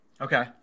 Okay